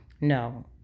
no